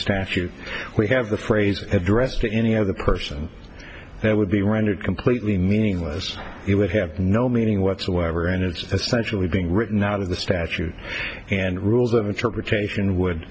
statute we have the phrase addressed to any other person it would be rendered completely meaningless it would have no meaning whatsoever and it's essentially being written out of the statute and rules of interpretation would